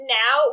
now